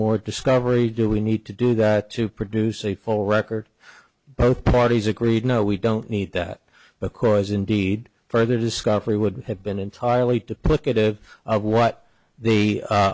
more discovery do we need to do that to produce a full record both parties agreed no we don't need that because indeed further discovery would have been entirely to put get it what the u